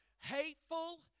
hateful